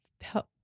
help